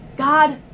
God